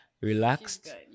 relaxed